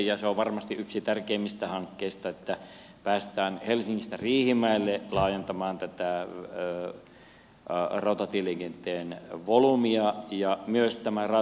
se on varmasti yksi tärkeimmistä hankkeista että päästään helsingistä riihimäelle laajentamaan tätä rautatieliikenteen kulumia ja miesten määrän